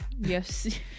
yes